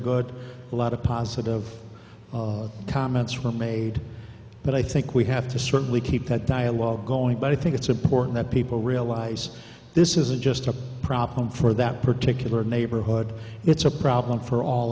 good a lot of positive comments were made but i think we have to certainly keep that dialogue going but i think it's important that people realize this isn't just a problem for that particular neighborhood it's a problem for all